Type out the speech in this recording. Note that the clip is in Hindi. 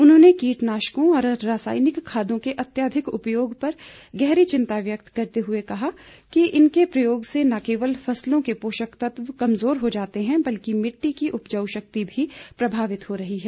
उन्होंने कीटनाशकों और रासायनिक खादों के अत्यधिक उपयोग पर गहरी चिंता व्यक्त करते हुए कहा कि इनके प्रयोग से न केवल फसलों के पोषक तत्व कमज़ोर हो रहे हैं बल्कि मिट्टी की उपजाऊ शक्ति भी प्रभावित हो रही है